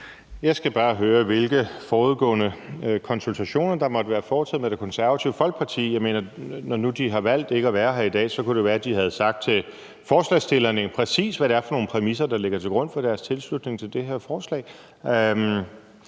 Jeg skal bare høre, hvilke forudgående konsultationer der måtte være foretaget med Det Konservative Folkeparti. Jeg mener: Når nu de har valgt ikke at være her i dag, kunne det være, de havde sagt til forslagsstillerne, præcis hvad det er for nogle præmisser, der ligger til grund for deres tilslutning til det her forslag,